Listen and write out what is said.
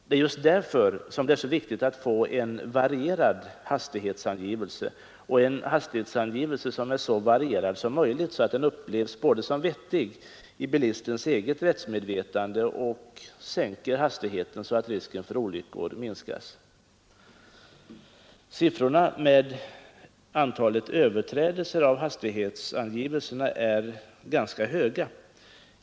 Det är just därför som det är så viktigt att få en hastighetsangivelse som är så varierad som möjligt, så att den både upplevs som vettig i bilistens eget rättsmedvetande och sänker hastigheten så att risken för olyckor minskas. Siffrorna för antalet överträdelser av hastighetsangivelserna är ganska höga.